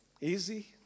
Easy